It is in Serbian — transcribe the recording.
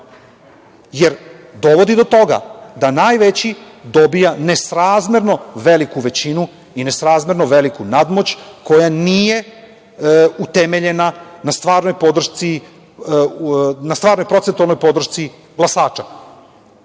jer, dovodi do toga da najveći dobija nesrazmerno veliku većinu i nesrazmerno veliku nadmoć, koja nije utemeljena na stvarnoj procentualnoj podršci glasača? Kako